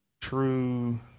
True